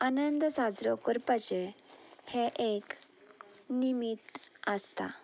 आनंद साजरो करपाचें हें एक निमीत आसता